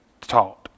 taught